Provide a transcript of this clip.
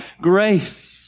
grace